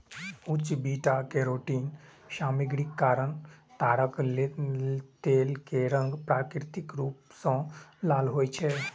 उच्च beta carotene सामग्रीक कारण ताड़क तेल के रंग प्राकृतिक रूप सं लाल होइ छै